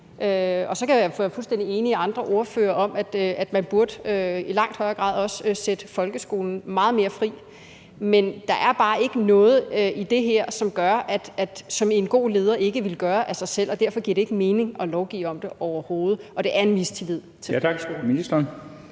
Og så kan jeg være fuldstændig enig med andre ordførere i, at man i langt højere grad også burde sætte folkeskolen meget mere fri. Men der er bare ikke noget i det her, som er noget, som en god leder ikke ville gøre af sig selv. Derfor giver det ikke mening at lovgive om det overhovedet. Og det er en mistillid til